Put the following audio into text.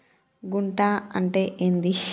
గుంట అంటే ఏంది?